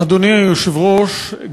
אדוני היושב-ראש,